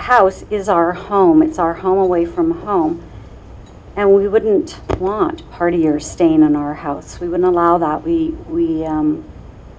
house is our home it's our home away from home and we wouldn't want party or stain on our house we would allow that we we